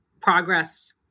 progress